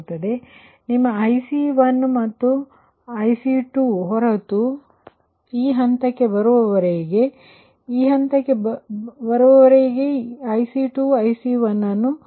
ಆದ್ದರಿಂದ ಇದು ನಿಮ್ಮ IC1 ಇದು ನಿಮ್ಮ IC2 ಹೊರತು ಅದು ಈ ಹಂತಕ್ಕೆ ಬರುವವರೆಗೆ ಮತ್ತು ಅದು ಈ ಹಂತಕ್ಕೆ ಬರುವವರೆಗೆ ಇಲ್ಲದಿದ್ದರೆ ನೀವು ಈ IC2ಅನ್ನು IC1ಗೆ ಕರೆಯಬೇಕು